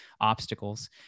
obstacles